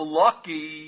lucky